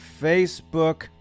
Facebook